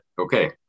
okay